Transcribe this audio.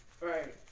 Right